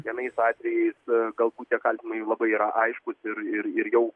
vienais atvejais galbūt tie kaltinimai labai yra aiškūs ir ir ir jau